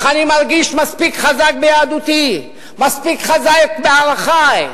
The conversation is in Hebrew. אך אני מרגיש מספיק חזק ביהדותי, מספיק חזק בערכי.